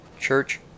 church